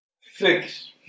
Fix